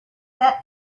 that